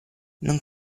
non